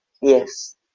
Yes